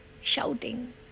shouting